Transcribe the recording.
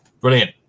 Brilliant